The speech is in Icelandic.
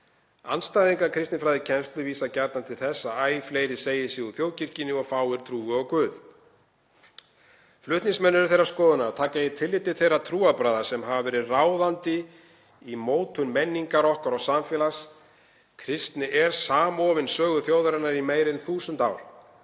Andstæðingar kristinfræðikennslu vísa gjarnan til þess að æ fleiri segi sig úr þjóðkirkjunni og fáir trúi á guð. Flutningsmenn eru þeirrar skoðunar að taka eigi tillit til þeirra trúarbragða sem hafa verið ráðandi í mótun menningar okkar og samfélags. Kristni er samofin sögu þjóðarinnar í meira en þúsund ár.